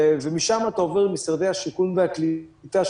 ומשם אתה עובר למשרדי השיכון והקליטה,